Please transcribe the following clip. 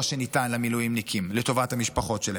שניתן למילואימניקים לטובת המשפחות שלהם,